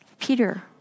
Peter